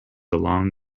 along